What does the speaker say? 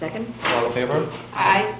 second favorite i